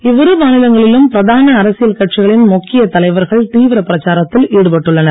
இவ்விரு மாநிலங்களிலும் பிரதான அரசியல் கட்சிகளின் முக்கிய தலைவர்கள் தீவிர பிரச்சாரத்தில் ஈடுபட்டுள்ளனர்